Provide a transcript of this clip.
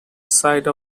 side